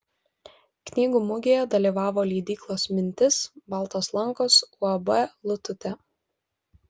knygų mugėje dalyvavo leidyklos mintis baltos lankos uab lututė